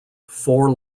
four